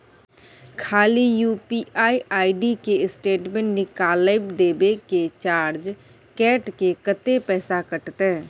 खाली यु.पी.आई के स्टेटमेंट निकाइल देबे की चार्ज कैट के, कत्ते पैसा कटते?